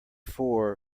four